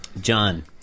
John